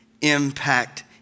impact